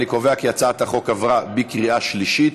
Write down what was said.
אני קובע כי הצעת החוק עברה בקריאה שלישית,